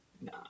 Nah